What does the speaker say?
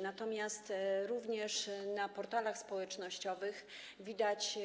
Natomiast również na portalach społecznościowych widać